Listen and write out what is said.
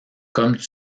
comme